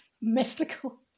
mystical